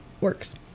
works